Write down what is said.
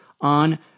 on